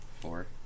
Four